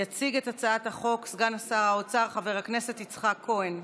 יציג את הצעת החוק סגן שר האוצר חבר הכנסת יצחק כהן,